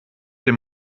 dem